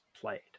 played